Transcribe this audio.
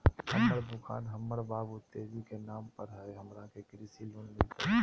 हमर दुकान हमर बाबु तेजी के नाम पर हई, हमरा के कृषि लोन मिलतई?